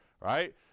right